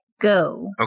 go